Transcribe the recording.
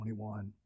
21